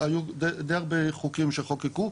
היו די הרבה חוקים שחוקקו.